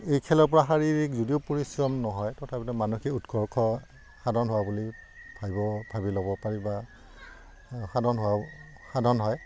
এই খেলৰ পৰা শাৰীৰিক যদিও পৰিশ্ৰম নহয় তথাপিতো মানসিক উৎকৰ্ষ সাধন হোৱা বুলি ভাবিব ভাবি ল'ব পাৰি বা সাধন হোৱা সাধন হয়